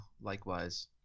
likewise